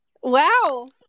Wow